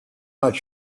not